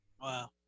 Wow